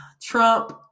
Trump